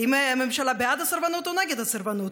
אם הממשלה בעד הסרבנות או נגד הסרבנות?